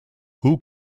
who